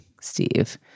Steve